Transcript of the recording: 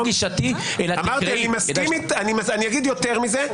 יותר מזה,